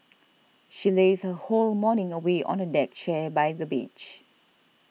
she lazed her whole morning away on a deck chair by the beach